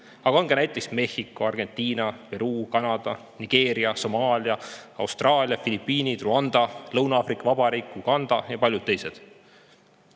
aga on ka näiteks Mehhiko, Argentina, Peruu, Kanada, Nigeeria, Somaalia, Austraalia, Filipiinid, Rwanda, Lõuna-Aafrika Vabariik, Uganda ja paljud teised.